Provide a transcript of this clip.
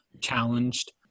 challenged